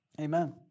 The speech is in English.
Amen